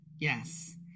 Yes